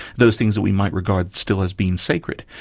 those things that we might regard still as being sacred,